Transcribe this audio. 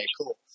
cool